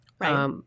Right